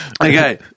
Okay